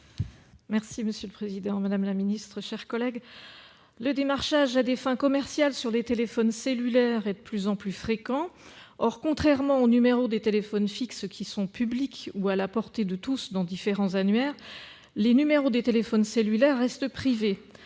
: La parole est à Mme Sylvie Vermeillet. Le démarchage à des fins commerciales sur les téléphones cellulaires est de plus en plus fréquent. Or, contrairement aux numéros des téléphones fixes, qui sont publics ou à la portée de tous dans différents annuaires, les numéros des téléphones cellulaires restent privés.